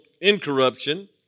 incorruption